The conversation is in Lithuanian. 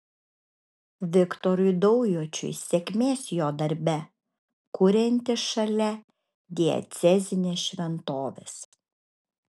viktorui daujočiui sėkmės jo darbe kuriantis šalia diecezinės šventovės